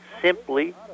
simply